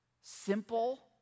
simple